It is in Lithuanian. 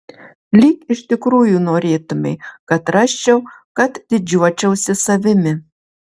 lyg iš tikrųjų norėtumei kad rasčiau kad didžiuočiausi savimi